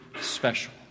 special